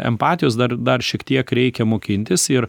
empatijos dar dar šiek tiek reikia mokintis ir